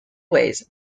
ways